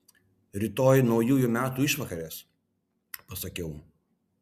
rytoj naujųjų metų išvakarės pasakiau